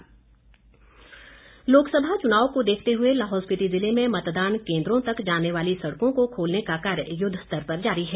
लाहौल लोकसभा चुनाव को देखते हुए लाहौल स्पिति जिले में मतदान केन्द्रों तक जाने वाली सड़कों को खोलने का कार्य युद्धस्तर पर जारी है